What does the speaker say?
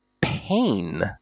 pain